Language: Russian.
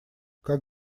как